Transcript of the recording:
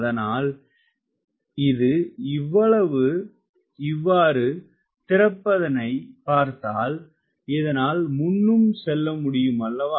அதனால் இது இவ்வாறு திறப்பதனை பார்த்தால் இதனால் முன்னும் செல்ல முடியும் அல்லவா